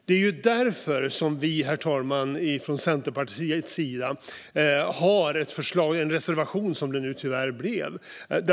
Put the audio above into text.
Det är därför, herr talman, som vi från Centerpartiets sida har ett förslag - en reservation, som det nu tyvärr blev.